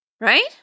right